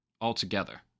Altogether